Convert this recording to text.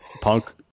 Punk